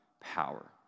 power